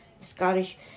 Scottish